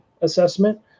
assessment